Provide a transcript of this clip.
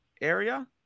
area